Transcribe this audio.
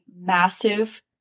massive